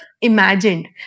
imagined